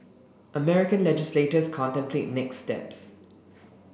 American legislators contemplate next steps